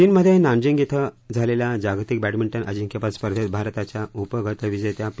चीनमध्ये नान्जिंग धिं झालेल्या जागतिक बह्निंटन अजिंक्यपद स्पर्धेत भारताच्या गत उपविजेत्या पी